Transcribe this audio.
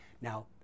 Now